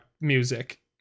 music